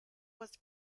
was